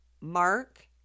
Mark